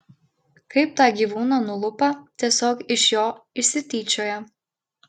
kaip tą gyvūną nulupa tiesiog iš jo išsityčioja